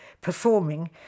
performing